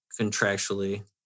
contractually